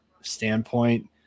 standpoint